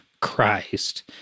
Christ